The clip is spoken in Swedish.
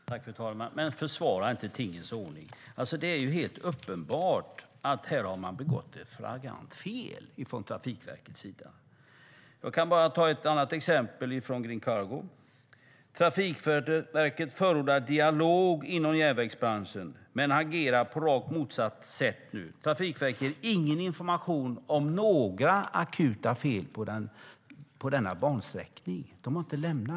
Fru talman! Försvara inte tingens ordning, statsrådet. Det är helt uppenbart att man från Trafikverkets sida här gjort ett flagrant fel. Jag kan ta ett annat exempel, från Green Cargo. Trafikverket förordar dialog inom järnvägsbranschen men agerar på rakt motsatt sätt nu. Trafikverket ger ingen information om några akuta fel på bansträckningen.